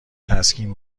تسکین